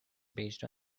based